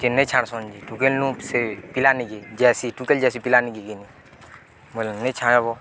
ସେ ନାଇଁ ଛାଡ଼ସନ୍ ଯେ ଟୁକେଲ୍ନୁ ସେ ପିଲାନିକେ ଯାସି ଟୁକେଲ ଯାଏସି ପିଲାନିକେ ଗେନି ବଲେ ନେଇ ଛାଡ଼ବ